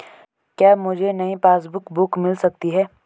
क्या मुझे नयी पासबुक बुक मिल सकती है?